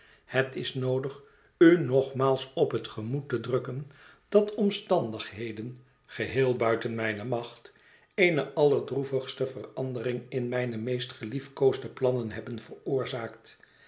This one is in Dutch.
het is noodig u nogmaals op het gemoed te drukken dat omstandigheden geheel buiten mijne macht eene allerdroevigste verandering in mijne meest geliefkoosde plannen hebben veroorzaakt